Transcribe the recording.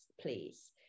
please